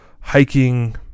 hiking